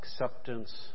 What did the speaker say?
acceptance